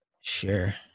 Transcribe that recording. Sure